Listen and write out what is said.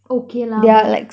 okay lah but like